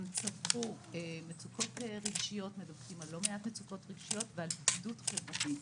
הם מדווחים על לא מעט מצוקות רגשיות ועל בדידות חברתית.